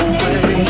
Away